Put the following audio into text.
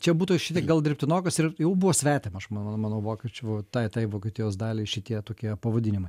jo būtų šiek tiek gal dirbtinokas ir jau buvo svetima aš manau manau vokiečių tai tai vokietijos daliai šitie tokie pavadinimai